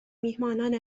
میهمانان